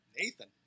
Nathan